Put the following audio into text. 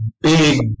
big